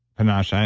panache, ah